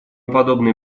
подобные